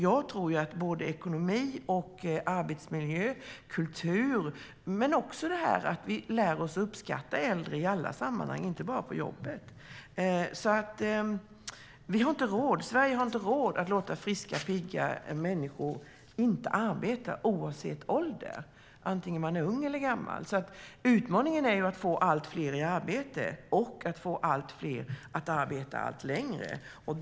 Det kan gälla ekonomi, arbetsmiljö och kultur men också att vi lär oss uppskatta äldre i alla sammanhang, inte bara på jobbet. Sverige har inte råd att låta friska, pigga människor vara utan arbete, oavsett ålder, antingen man är ung eller gammal. Utmaningen är att få allt fler i arbete och att få allt fler att arbeta allt längre.